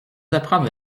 apprendre